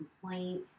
complaint